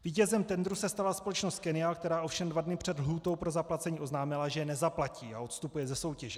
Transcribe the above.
Vítězem tendru se stala společnost Kennial, která ovšem dva dny před lhůtou pro zaplacení oznámila, že nezaplatí a odstupuje ze soutěže.